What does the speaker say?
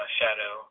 shadow